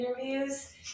interviews